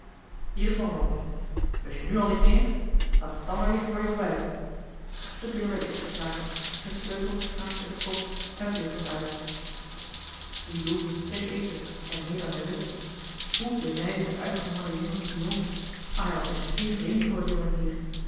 hier is nog een homp lust je nu al niet meer laat het dan maar liggen voor je ontbijt de deur werd dichtgeslagen een sleutel knarste in het slot en het licht was uit wiedu kreeg eten en meer dan hij lustte hoe benijdde de uitgehongerde jongen dien hond maar hij was immers geen vreemde voor het jonge dier